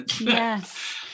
yes